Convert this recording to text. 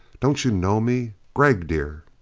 don't you know me? gregg, dear.